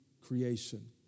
creation